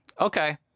okay